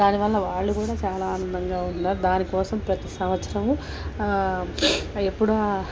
దానివల్ల వాళ్ళు కూడా చాలా ఆనందంగా ఉన్నారు దానికోసం ప్రతీ సంవత్సరము ఎప్పుడూ